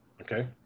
Okay